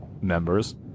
members